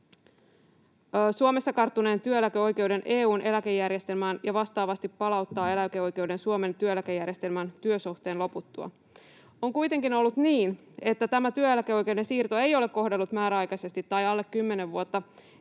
Suomessa karttuneen työeläkeoikeuden EU:n eläkejärjestelmään ja vastaavasti palauttaa eläkeoikeuden Suomen työeläkejärjestelmään työsuhteen loputtua. On kuitenkin ollut niin, että tämä työeläkeoikeuden siirto ei ole kohdellut yhdenvertaisesti määräaikaisesti tai alle 10 vuotta